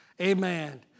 Amen